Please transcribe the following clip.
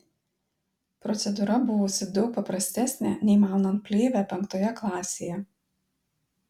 procedūra buvusi daug paprastesnė nei maunant plėvę penktoje klasėje